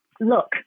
look